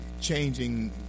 Changing